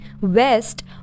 West